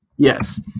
Yes